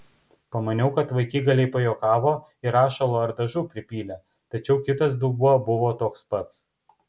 pamaniau kad vaikigaliai pajuokavo ir rašalo ar dažų pripylė tačiau kitas dubuo buvo toks pats